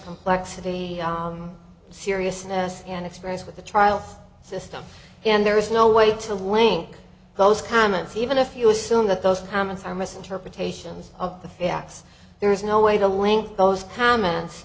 complexity the seriousness and experience with the trial system and there is no way to link those comments even if you assume that those comments are misinterpretations of the facts there is no way to link those comments